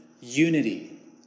unity